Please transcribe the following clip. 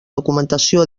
documentació